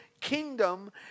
kingdom